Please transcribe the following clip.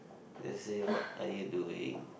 they say what are you doing